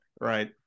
right